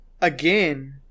again